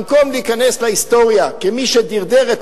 במקום להיכנס להיסטוריה כמי שדרדר את